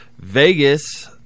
Vegas